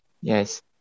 yes